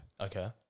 okay